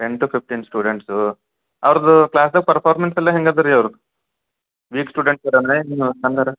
ten to fifteen students ಅವ್ರದ್ದು ಕ್ಲಾಸಾಗ performance ಎಲ್ಲ ಹೆಂಗದೆ ರೀ ಅವ್ರದ್ದು ವೀಕ್ ಸ್ಟೂಡೆಂಟ್ ಥರನೇ ಏನು ಹೆಂಗರ